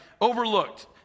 overlooked